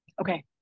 Okay